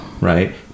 right